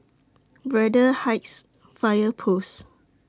Braddell Heights Fire Post